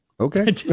Okay